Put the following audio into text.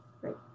Great